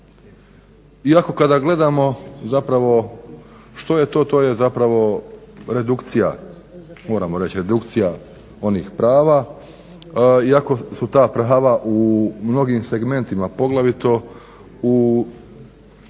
zapravo redukcija moramo reći redukcija onih prava iako su ta prava u mnogim segmentima, poglavito